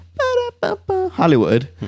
Hollywood